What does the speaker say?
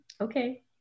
okay